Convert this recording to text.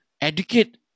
educate